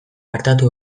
artatu